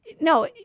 no